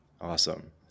Awesome